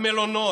המלונות?